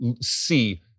see